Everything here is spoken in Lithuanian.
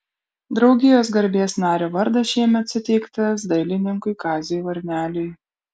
draugijos garbės nario vardas šiemet suteiktas dailininkui kaziui varneliui